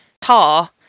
tar